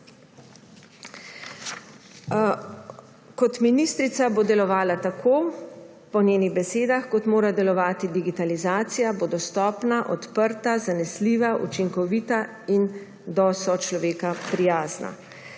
Kot ministrica bo delovala tako, po njenih besedah, kot mora delovati digitalizacija – bo dostopna, odprta, zanesljiva, učinkovita in do sočloveka prijazna.